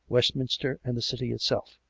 westminster and the city itself.